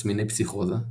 תסמיני פסיכוזה,